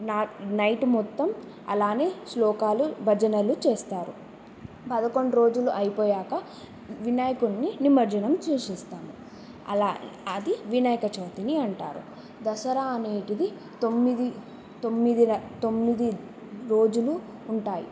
not night మొత్తం అలానే శ్లోకాలు భజనలు చేస్తారు పదకొండు రోజులు అయిపోయాక వినాయకున్ని నిమజ్జనం చేసేస్తాము ఆలా అది వినాయక చవితని అంటారు దసరా అనేది తొమ్మిది తొమ్మిదిరా తొమ్మిది రోజులు ఉంటాయి